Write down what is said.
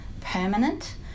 permanent